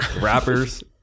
rappers